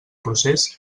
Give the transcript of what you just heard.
procés